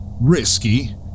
risky